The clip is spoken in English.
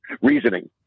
reasoning